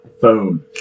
phone